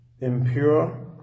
impure